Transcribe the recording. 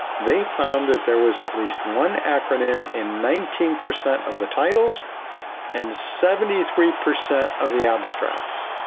they found that there was at least one acronym in nineteen percent of the titles and seventy three percent of the abstracts.